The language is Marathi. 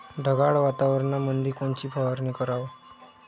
ढगाळ वातावरणामंदी कोनची फवारनी कराव?